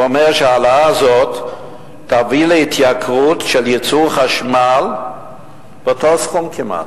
והוא אמר שההעלאה הזאת תביא להתייקרות של ייצור החשמל באותו הסכום כמעט.